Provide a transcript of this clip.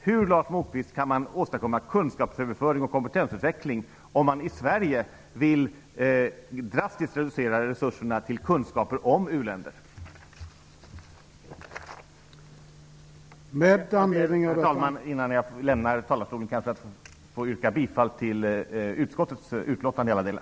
Hur kan man, Lars Moquist, åstadkomma kunskapsöverföring och kompetensutveckling om man i Sverige drastiskt vill reducera resurserna till kunskaper om u-länder? Herr talman! Jag yrkar bifall till utskottets hemställan i alla delar.